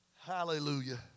Hallelujah